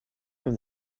from